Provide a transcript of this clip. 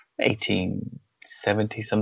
1870-something